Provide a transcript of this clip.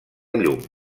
llum